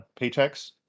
paychecks